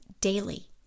daily